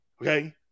Okay